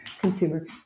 consumer